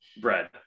bread